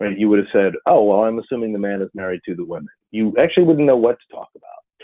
ah you would have said, oh, well, i'm assuming the man is married to the women, you actually wouldn't know what to talk about.